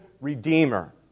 redeemer